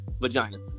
vagina